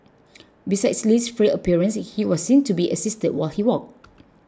besides Li's frail appearance he was seen to be assisted while he walked